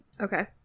Okay